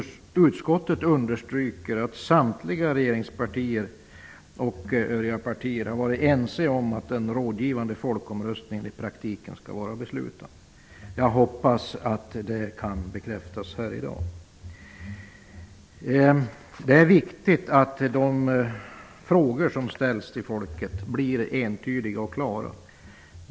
Utskottet understryker att samtliga regeringspartier och övriga partier har varit ense om att en rådgivande folkomröstning i praktiken skall vara beslutande. Jag hoppas att det kan bekräftas här i dag. Det är viktigt att de frågor som ställs till folket blir entydiga och klara.